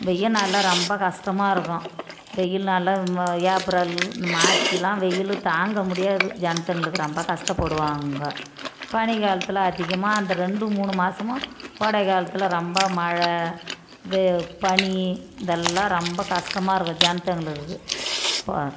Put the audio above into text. வெய்ய நாளில் ரொம்ப கஷ்டமாக இருக்கும் வெயில் நாளில் ம ஏப்ரல் இந்த மார்ச்லெலாம் வெயிலு தாங்க முடியாது ஜனத்துங்களுக்கு ரொம்ப கஷ்டப்படுவாங்க பனி காலத்தில் அதிகமாக அந்த ரெண்டு மூணு மாசமும் கோடைக்காலத்தில் ரொம்ப மழை வெ பனி இதெல்லாம் ரொம்ப கஷ்டமாக இருக்கும் ஜனத்துங்களுக்கு போ